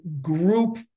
group